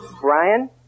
Brian